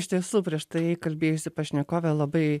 iš tiesų prieš tai kalbėjusi pašnekovė labai